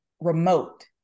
remote